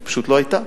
כי פשוט לא היתה.